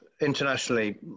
Internationally